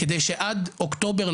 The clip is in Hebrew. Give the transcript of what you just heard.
כדי שעד אוקטובר,